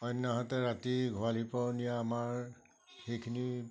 অন্যহাতে ৰাতি গোহালিৰ পৰাও নিয়ে আমাৰ সেইখিনি